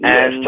Yes